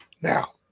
Now